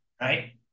right